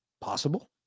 Possible